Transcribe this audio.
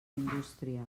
indústria